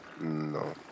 no